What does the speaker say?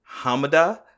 Hamada